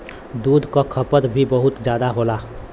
दूध क खपत भी बहुत जादा होला